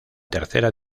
tercera